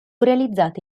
realizzata